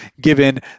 given